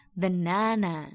banana